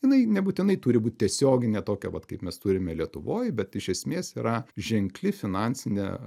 jinai nebūtinai turi būt tiesioginė tokia vat kaip mes turime lietuvoj bet iš esmės yra ženkli finansinė